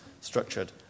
structured